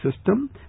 system